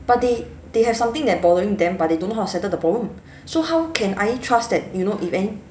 but they they have something that bothering them but they don't know how to settle the problem so how can I trust that you know if any~